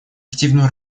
активную